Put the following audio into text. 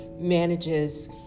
manages